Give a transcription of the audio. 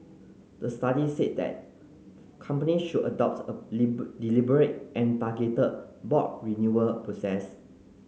the study said that companies should adopt a deliberate and targeted board renewal process